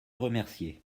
remercier